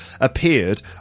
appeared